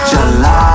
July